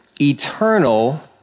eternal